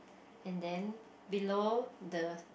and then below the